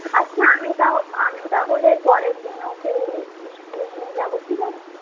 আচ্ছা আমি তাহ আমি তাহলে পরের দিন ওকে ইস্কুলে নিয়ে যাব ঠিক আছে